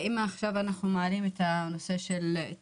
אני